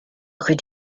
rue